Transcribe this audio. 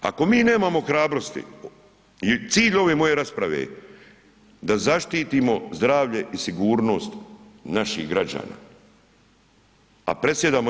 Ako mi nemamo hrabrosti i cilj ove moje rasprave je da zaštitimo zdravlje i sigurnost naših građana, a predsjedamo EU.